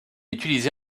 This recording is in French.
utilisée